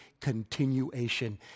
continuation